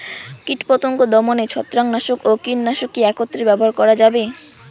কীটপতঙ্গ দমনে ছত্রাকনাশক ও কীটনাশক কী একত্রে ব্যবহার করা যাবে?